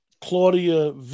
Claudia